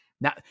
now